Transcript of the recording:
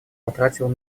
потратил